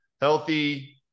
healthy